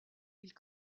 ils